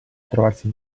trovarsi